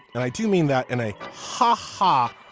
and i do mean that in a ha ha.